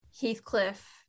Heathcliff